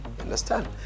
Understand